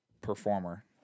performer